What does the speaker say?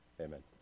Amen